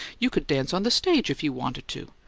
you could dance on the stage if you wanted to.